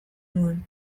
nuen